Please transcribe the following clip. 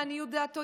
לעניות דעתו,